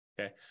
Okay